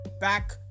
back